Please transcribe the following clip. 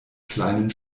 kleinen